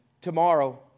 Tomorrow